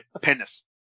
penis